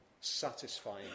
satisfying